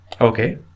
Okay